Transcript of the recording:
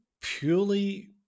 purely